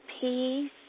peace